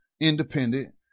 independent